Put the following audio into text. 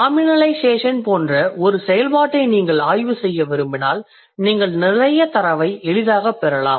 nominalisation போன்ற ஒரு செயல்பாட்டை நீங்கள் ஆய்வுசெய்ய விரும்பினால் நீங்கள் நிறைய தரவை எளிதாகப் பெறலாம்